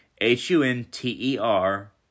H-U-N-T-E-R